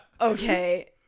Okay